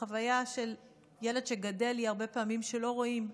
החוויה של ילד שגדל בה היא הרבה פעמים שלא רואים,